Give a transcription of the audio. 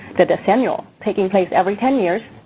the decennial taking place every ten years,